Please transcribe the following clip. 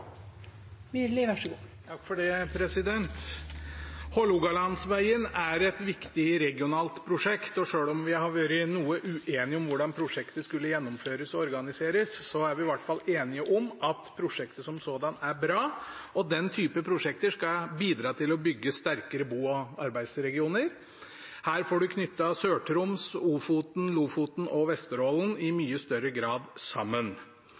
et viktig regionalt prosjekt, og selv om vi har vært noe uenige om hvordan prosjektet skulle gjennomføres og organiseres, er vi i hvert fall enige om at prosjektet som sådant er bra. Den type prosjekter skal bidra til å bygge sterkere bo- og arbeidsregioner. Her får en knyttet Sør-Troms, Ofoten, Lofoten og Vesterålen sammen i mye større grad.